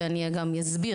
ואני גם אסביר.